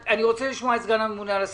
אני רוצה לשמוע את סגן הממונה על השכר.